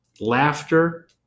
laughter